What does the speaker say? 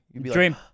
Dream